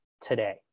today